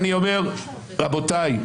רבותיי,